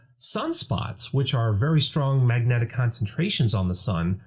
sunspots, which are very strong magnetic concentrations on the sun,